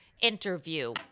interview